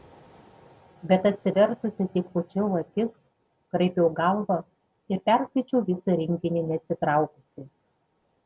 bet atsivertusi tik pūčiau akis kraipiau galvą ir perskaičiau visą rinkinį neatsitraukusi